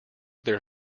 their